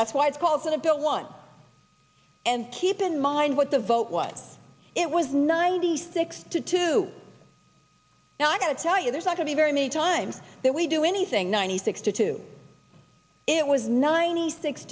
that's why it's called senate bill one and keep in mind what the vote was it was ninety six to two now i gotta tell you there's not to be very many times that we do anything ninety six to two it was ninety six